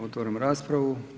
Otvaram raspravu.